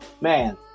Man